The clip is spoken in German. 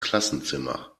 klassenzimmer